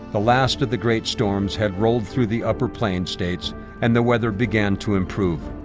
the last of the great storms had rolled through the upper plains states and the weather began to improve.